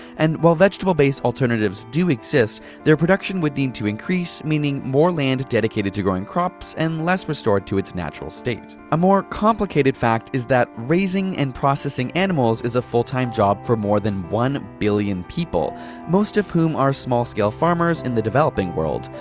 and while vegetable based alternatives do exist, their production would need to increase, meaning more land dedicated to growing crops and less restored to its natural state. a more complicated fact is that raising and processing animals is a full-time job for more than one billion people most of whom are small-scale farmers in the developing world.